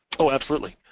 oh, absolutely,